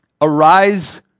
Arise